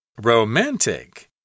Romantic